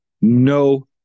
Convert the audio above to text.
No